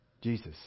Jesus